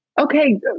Okay